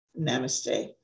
namaste